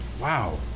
wow